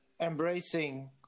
embracing